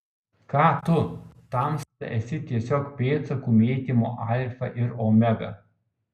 ką tu tamsta esi tiesiog pėdsakų mėtymo alfa ir omega